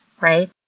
right